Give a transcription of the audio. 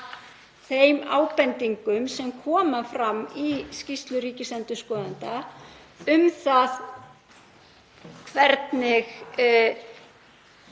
þeim ábendingum sem koma fram í skýrslu ríkisendurskoðanda um það hvað